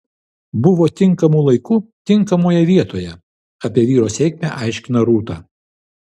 buvo tinkamu laiku tinkamoje vietoje apie vyro sėkmę aiškina rūta